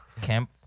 Camp